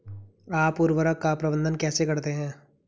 आप उर्वरक का प्रबंधन कैसे करते हैं?